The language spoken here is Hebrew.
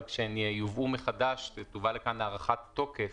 אבל כשהן יובאו מחדש להארכת תוקף,